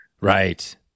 Right